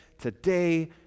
today